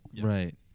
Right